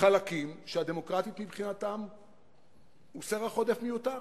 חלקים שה"דמוקרטית" מבחינתם הוא סרח עודף מיותר.